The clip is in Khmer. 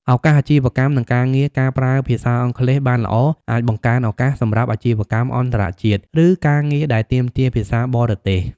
ឱកាសអាជីវកម្ម និងការងារ ការប្រើភាសាអង់គ្លេសបានល្អអាចបង្កើនឱកាសសម្រាប់អាជីវកម្មអន្តរជាតិ ឬការងារដែលទាមទារភាសាបរទេស។